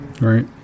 Right